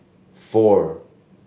four